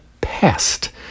pest